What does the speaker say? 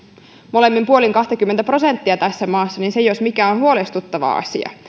molemmin puolin kahtakymmentä prosenttia tässä maassa niin se jos mikä on huolestuttava asia